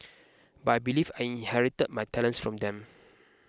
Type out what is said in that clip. but I believe I inherited my talents from them